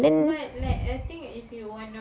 ya then